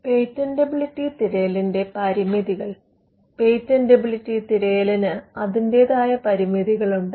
patentability തിരയലിന്റെ പരിമിതികൾ patentability തിരയലിന് അതിന്റേതായ പരിമിതികളുണ്ട്